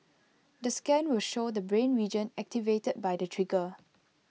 the scan will show the brain region activated by the trigger